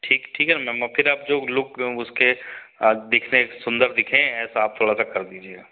ठीक ठीक है न मैम फिर आप जो लुक उसके देखने सुंदर दिखें ऐसा आप थोड़ा सा कर दीजिएगा